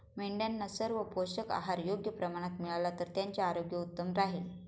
मेंढ्यांना सर्व पोषक आहार योग्य प्रमाणात मिळाला तर त्यांचे आरोग्य उत्तम राहील